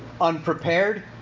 unprepared